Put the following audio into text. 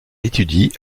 étudie